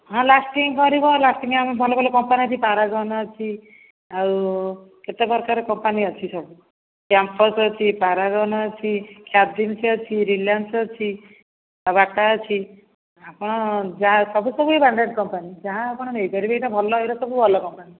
ହଁ ଲାଷ୍ଟିଙ୍ଗ୍ କରିବ ଲାଷ୍ଟିଙ୍ଗ୍ ଆମେ ଭଲ ଭଲ କମ୍ପାନୀ ଅଛି ପାରାଗନ୍ ଅଛି ଆଉ କେତେ ପ୍ରକାର କମ୍ପାନୀ ଅଛି ସବୁ କ୍ୟାମ୍ପସ୍ ଅଛି ପାରାଗନ୍ ଅଛି କ୍ୟାଭିନ୍ସ ଅଛି ରିଲିୟାନ୍ସ ଅଛି ଆଉ ବାଟା ଅଛି ଆପଣ ଯାହା ସବୁ ସବୁ ଏଇ ବ୍ରାଣ୍ଡେଡ଼୍ କମ୍ପାନୀ ଯାହା ଆପଣ ନେଇ ପାରିବେ ଏଇଟା ଭଲ ଏଇଟା ସବୁ ଭଲ କମ୍ପାନୀ